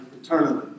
eternally